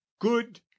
good